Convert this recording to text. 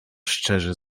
szczerze